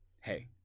Hey